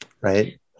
right